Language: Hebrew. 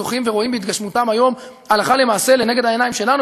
זוכים ורואים בהתגשמותן היום הלכה למעשה לנגד העיניים שלנו,